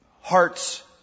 hearts